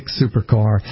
supercar